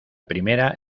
primera